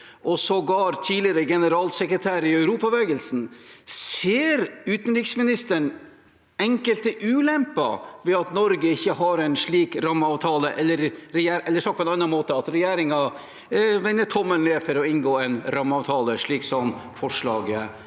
og sågar tidligere generalsekretær i Europabevegelsen: Ser utenriksministeren enkelte ulemper ved at Norge ikke har en slik rammeavtale, eller – sagt på en annen måte – at regjeringen vender tommelen ned for å inngå en rammeavtale slik som den forslaget